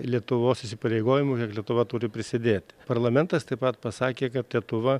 lietuvos įsipareigojimų kiek lietuva turi prisidėt parlamentas taip pat pasakė kad lietuva